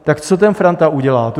Tak co ten Franta udělá?